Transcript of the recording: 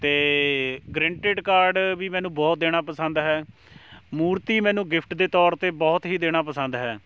ਅਤੇ greeting card ਵੀ ਮੈਨੂੰ ਬਹੁਤ ਦੇਣਾ ਪਸੰਦ ਹੈ ਮੂਰਤੀ ਮੈਨੂੰ ਗਿਫਟ ਦੇ ਤੌਰ 'ਤੇ ਬਹੁਤ ਹੀ ਦੇਣਾ ਪਸੰਦ ਹੈ